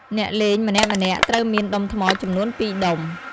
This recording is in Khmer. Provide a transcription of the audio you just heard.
អ្នកលេងម្នាក់ៗត្រូវមានដុំថ្មចំនួន ២ ដុំ។